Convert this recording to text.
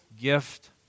gift